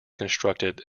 constructed